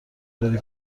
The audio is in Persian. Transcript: بری